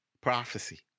Prophecy